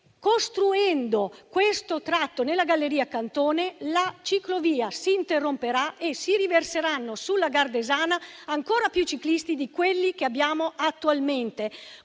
costruendo quel tratto nella galleria Cantone, la ciclovia si interromperà e si riverseranno sulla Gardesana ancora più ciclisti di quelli che abbiamo attualmente.